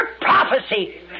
prophecy